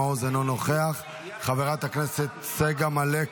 חבר הכנסת אבי מעוז,